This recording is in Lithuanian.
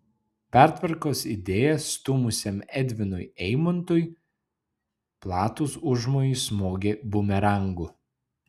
pertvarkos idėją stūmusiam edvinui eimontui platūs užmojai smogė bumerangu